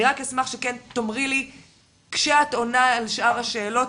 אני רק אשמח שכן תאמרי לי כשאת עונה על שאר השאלות,